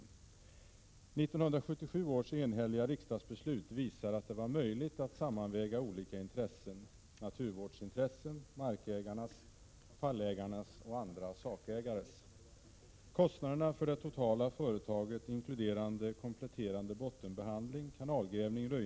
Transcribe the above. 1977 års enhälliga riksdagsbeslut visar att det var möjligt att sammanväga olika intressen: naturvårdsintressen, markägarnas, fallägarnas och andra sakägares intressen.